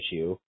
issue